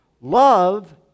Love